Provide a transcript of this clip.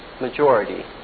majority